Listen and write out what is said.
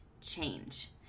change